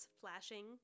flashing